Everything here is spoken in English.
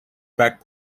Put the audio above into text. backed